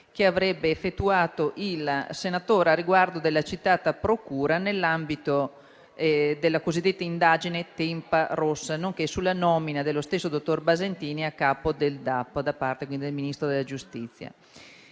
avrebbe effettuato, a riguardo della citata procura, nell'ambito della cosiddetta indagine Tempa Rossa, nonché sulla nomina dello stesso dottor Basentini a capo del DAP da parte del Ministro della giustizia.